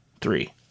three